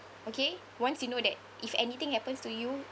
okay once you know that if anything happens to you